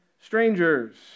strangers